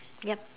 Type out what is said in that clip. yup